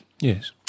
yes